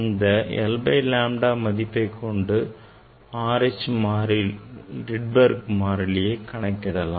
இந்த 1 by lambda மதிப்பைக் கொண்டு R H Rydberg மாறிலியை கணக்கிடலாம்